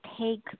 take